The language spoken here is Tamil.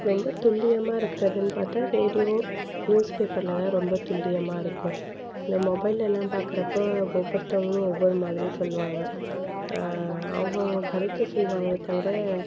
ரொம்ப துல்லியமாக இருக்கிறதுன்னு பார்த்தா ரேடியோ நியூஸ் பேப்பரில் தான் ரொம்ப துல்லியமாக இருக்கும் இந்த மொபைல்லல்லாம் பார்க்கறப்போ ஒவ்வொருத்தவங்களும் ஒவ்வொரு மாதிரி சொல்லுவாங்க அவங்கவுங்க கருத்தை சொல்லுவாங்களே தவிர